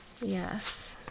Yes